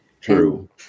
True